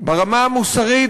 ברמה המוסרית,